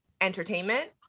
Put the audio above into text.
entertainment